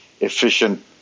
efficient